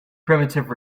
primitive